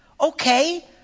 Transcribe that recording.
Okay